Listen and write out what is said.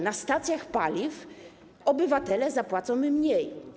Na stacjach paliw obywatele zapłacą mniej.